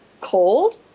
cold